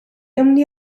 only